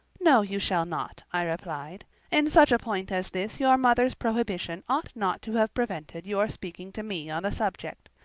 no, you shall not, i replied in such a point as this your mother's prohibition ought not to have prevented your speaking to me on the subject.